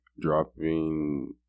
dropping